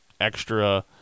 extra